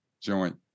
joint